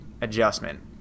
adjustment